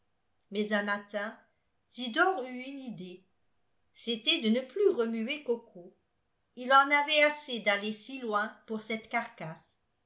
mais un matin zidore eut une idée c'était de ne plus remuer coco ii en avait assez d'aller si loin pour cette carcasse